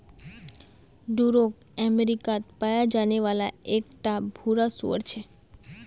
Duroc अमेरिकात पाया जाने वाला एक टा भूरा सूअर छे